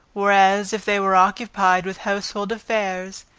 whereas, if they were occupied with household affairs,